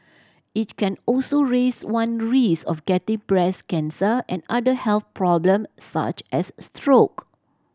it can also raise one risk of getting breast cancer and other health problem such as stroke